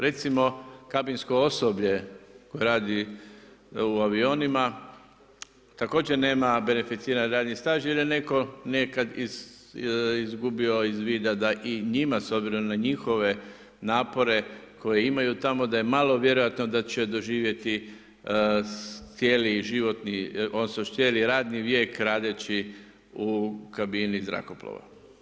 Recimo kabinsko osoblje koje radi u avionima, također nema beneficirani radni staž jer je netko nekad izgubio iz vida da i njima s obzirom na njihove napore koje imaju tamo, da je malo vjerojatno da će doživjeti cijeli životni, odnosno cijeli radni vijek radeći u kabini zrakoplova.